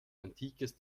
antikes